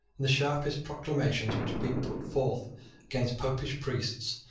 in the sharpest proclamations which had been put forth against popish priests,